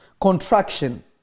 Contraction